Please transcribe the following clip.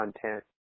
content